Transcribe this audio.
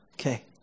Okay